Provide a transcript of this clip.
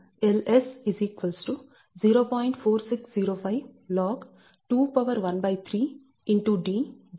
4605 log 213